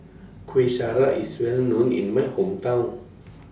Kuih Syara IS Well known in My Hometown